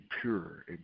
pure